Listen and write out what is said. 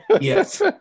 Yes